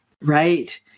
right